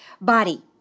body